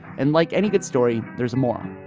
and like any good story, there's more,